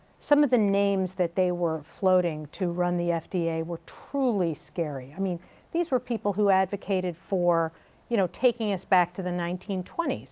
some of the names that they were floating to run the fda were truly scary. i mean these were people who advocated for you know taking us back to the nineteen twenty s,